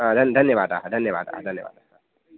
धन्यवादाः धन्यवादाः धन्यवादाः